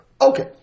Okay